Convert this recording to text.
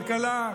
כלכלה,